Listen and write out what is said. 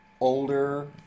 older